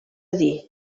dir